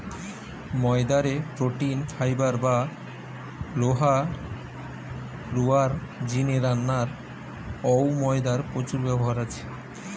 ময়দা রে protein, fibre বা লোহা রুয়ার জিনে রান্নায় অউ ময়দার প্রচুর ব্যবহার আছে